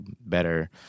better